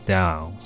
Down